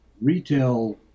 retail